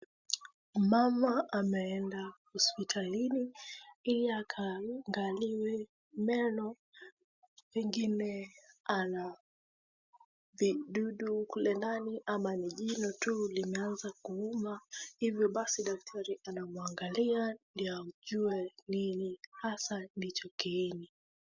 Mama ameenda hospitalini ili akaangaliwe meno pengine ana vidudu kule ndani ama ni jino tu limeanza kuuma hivyo basi daktari anamwangalia ndio ajue nini hasa ndicho kiini.